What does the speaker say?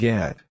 Get